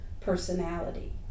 personality